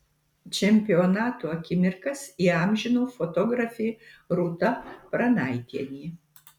čempionato akimirkas įamžino fotografė rūta pranaitienė